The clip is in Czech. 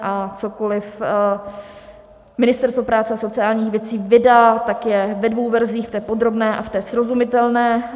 A cokoliv Ministerstvo práce a sociálních věcí vydalo, tak je ve dvou verzích, v té podrobné a v té srozumitelné.